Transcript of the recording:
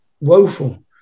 woeful